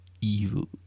Evil